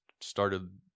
started